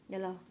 ya lah